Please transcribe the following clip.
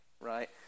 right